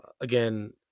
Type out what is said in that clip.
Again